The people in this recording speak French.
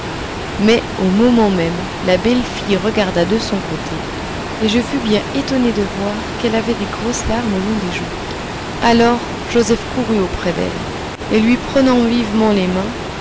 mais au moment même la belle fille regarda de son côté et je fus bien étonné de voir qu'elle avait des grosses larmes au long des joues alors joseph courut auprès d'elle et lui prenant vivement les mains